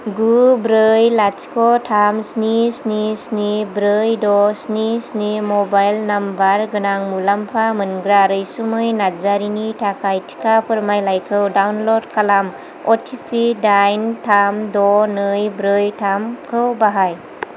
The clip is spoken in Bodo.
गु ब्रै लाथिख' थाम स्नि स्नि स्नि ब्रै द' स्नि स्नि मबाइल नाम्बर गोनां मुलाम्फा मोनग्रा रैसुमै नार्जारिनि थाखाय टिका फोरमायलाइखौ डाउनलड खालाम अटिपि दाइन थाम द' नै ब्रै थामखौ बाहाय